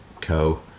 Co